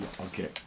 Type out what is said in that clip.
okay